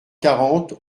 quarante